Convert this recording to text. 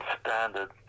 standard